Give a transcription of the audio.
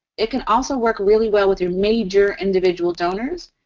it can also work really well with your major individual donors.